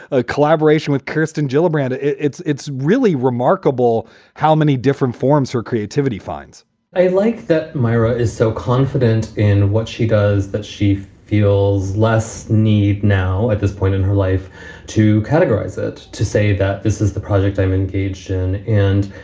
a collaboration with kirsten gillibrand. it's it's really remarkable how many different forms her creativity finds i like that myra is so confident in what she does that she feels less need now at this point in her life to categorize it, to say that this is the project i'm engaged in. and,